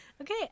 Okay